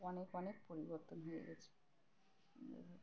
অনেক অনেক পরিবর্তন হয়ে গেছে